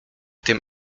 tym